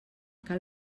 cal